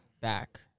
back